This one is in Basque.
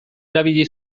erabili